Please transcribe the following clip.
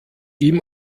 ihm